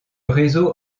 réseau